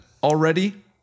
already